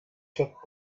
took